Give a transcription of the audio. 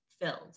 filled